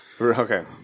Okay